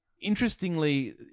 interestingly